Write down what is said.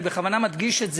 אני בכוונה מדגיש את זה,